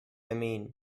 mean